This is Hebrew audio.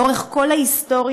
לאורך כל ההיסטוריה,